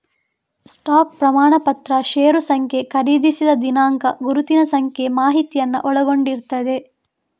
stock ಪ್ರಮಾಣಪತ್ರ ಷೇರು ಸಂಖ್ಯೆ, ಖರೀದಿಸಿದ ದಿನಾಂಕ, ಗುರುತಿನ ಸಂಖ್ಯೆ ಮಾಹಿತಿಯನ್ನ ಒಳಗೊಂಡಿರ್ತದೆ